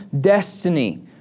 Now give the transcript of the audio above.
destiny